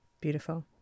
beautiful